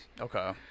Okay